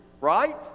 right